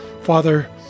Father